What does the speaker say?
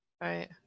Right